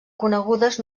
conegudes